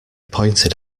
pointed